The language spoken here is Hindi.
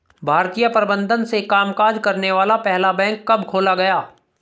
भारतीय प्रबंधन से कामकाज करने वाला पहला बैंक कब खोला गया?